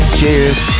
Cheers